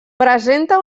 presenta